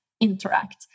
interact